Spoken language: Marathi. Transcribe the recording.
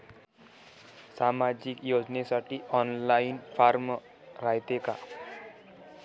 सामाजिक योजनेसाठी ऑनलाईन फारम रायते का?